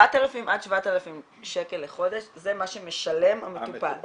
4,000 עד 7,000 שקל לחודש זה מה שמשלם המטופל.